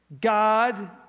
God